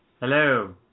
Hello